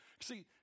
See